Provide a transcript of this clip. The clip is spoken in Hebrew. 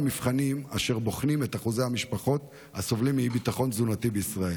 מבחנים אשר בוחנים את אחוזי המשפחות הסובלות מאי-ביטחון תזונתי בישראל.